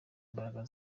mbaraga